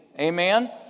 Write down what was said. Amen